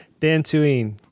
dantooine